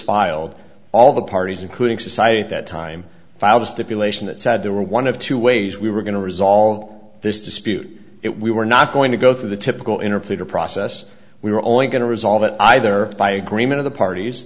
filed all the parties including society at that time file was stipulated in that said there were one of two ways we were going to resolve this dispute it we were not going to go through the typical interpreter process we were only going to resolve it either by agreement of the parties